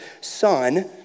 son